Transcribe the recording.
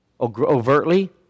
overtly